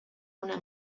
una